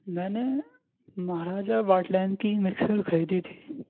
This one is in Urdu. میں نے مہاراجہ واٹ لائن کی مکسر خریدی تھی